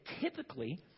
typically